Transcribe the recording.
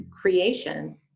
creation